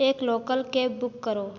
एक local cab book करो